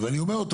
ואני אומר את זה